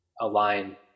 align